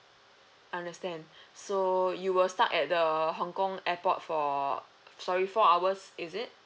I understand so you were stuck at the uh hong kong airport for sorry four hours is it